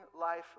life